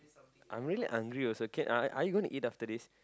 I'm hungry also can uh are you gonna eat after this